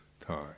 time